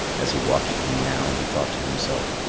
as he watched them now, he thought to himself,